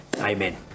Amen